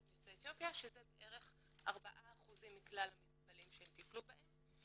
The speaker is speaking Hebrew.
יוצאי אתיופיה שזה בערך 4% מכלל המטופלים שהם טיפלו בהם.